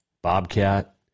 Bobcat